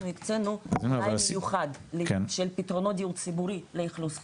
תוואי מיוחד של פתרונות דיור ציבורי לאכלוס חירום.